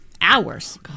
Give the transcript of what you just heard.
Hours